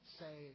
say